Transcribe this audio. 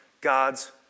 God's